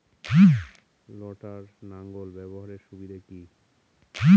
লটার লাঙ্গল ব্যবহারের সুবিধা কি?